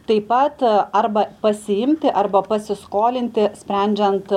taip pat arba pasiimti arba pasiskolinti sprendžiant